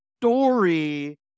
story